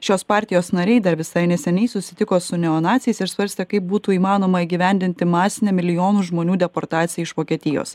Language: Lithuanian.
šios partijos nariai dar visai neseniai susitiko su neonaciais ir svarstė kaip būtų įmanoma įgyvendinti masinę milijonų žmonių deportaciją iš vokietijos